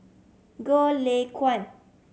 Goh Lay Kuan